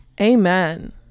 amen